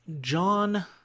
John